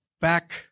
back